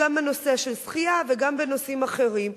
גם בנושא של שחייה וגם בנושאים אחרים.